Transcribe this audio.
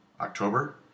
October